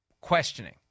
questioning